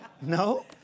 No